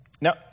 Now